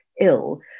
ill